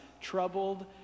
troubled